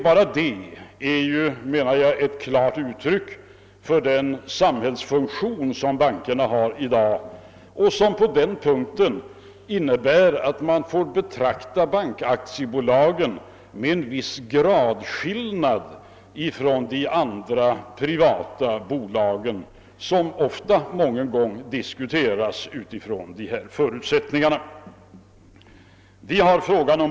Redan detta är, menar jag, ett klart uttryck för den samhällsfunktion som bankerna har i dag och som innebär att det föreligger en viss gradskillnad mellan bankaktiebolagen och andra privata bolag, fastän de båda grupperna mången gång bedöms från samma förutsättningar.